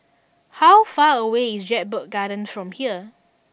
how far away is Jedburgh Gardens from here